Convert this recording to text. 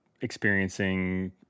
experiencing